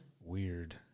weird